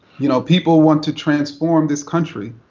you know people want to transform this country,